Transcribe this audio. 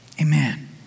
Amen